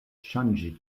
ŝanĝi